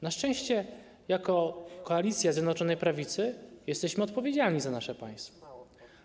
Na szczęście jako koalicja Zjednoczonej Prawicy jesteśmy odpowiedzialni za nasze państwo.